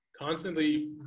constantly